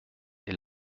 est